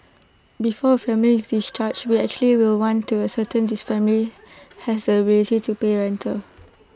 before A family is discharged we actually will want to ascertain this family has the ability to pay rental